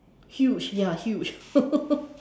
huge ya huge